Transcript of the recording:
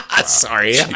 Sorry